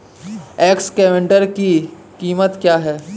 Excavator की कीमत क्या है?